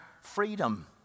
freedom